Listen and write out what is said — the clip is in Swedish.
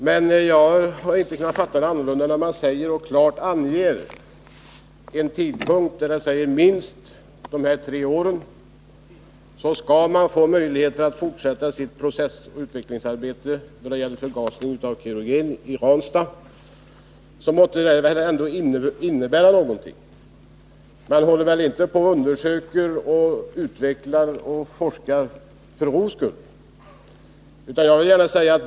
Men jag har inte kunnat fatta det annorlunda, när utskottet klart anger en tidpunkt och säger att man i Ranstad under dessa tre år skall ha möjlighet att fortsätta sitt utvecklingsarbete när det gäller förgasning av kerogen, än att det måste innebära något. Man håller väl inte på och undersöker, utvecklar och forskar för ro skull?